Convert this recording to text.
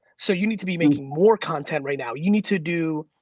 so, you need to be making more content right now, you need to do.